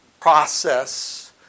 process